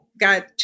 got